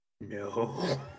No